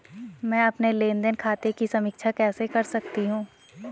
मैं अपने लेन देन खाते की समीक्षा कैसे कर सकती हूं?